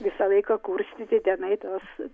visą laiką kurstysi tenai tuos